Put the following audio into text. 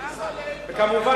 כמובן,